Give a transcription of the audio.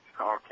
Okay